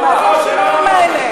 אבל מה זה השינויים האלה?